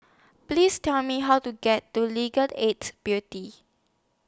Please Tell Me How to get to Legal Aid Beauty